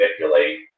manipulate